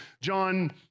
John